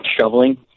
shoveling